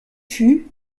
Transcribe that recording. fûts